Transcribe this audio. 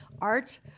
art